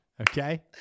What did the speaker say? okay